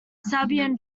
sabin